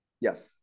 Yes